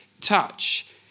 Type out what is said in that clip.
touch